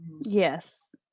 Yes